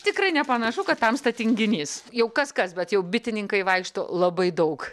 tikrai nepanašu kad tamsta tinginys jau kas kas bet jau bitininkai vaikšto labai daug